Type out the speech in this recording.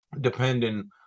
Depending